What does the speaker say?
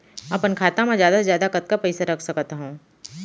अपन खाता मा जादा से जादा कतका पइसा रख सकत हव?